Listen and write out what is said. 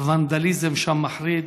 הוונדליזם שם מחריד.